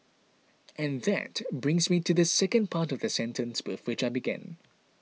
and that brings me to the second part of the sentence with which I began